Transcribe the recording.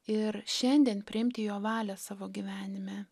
ir šiandien priimti jo valią savo gyvenime